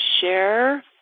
share